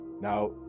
Now